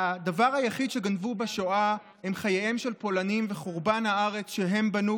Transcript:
הדבר היחיד שגנבו בשואה הוא חייהם של פולנים וחורבן הארץ שהם בנו